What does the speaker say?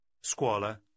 Scuola